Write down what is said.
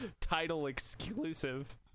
title-exclusive